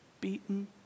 beaten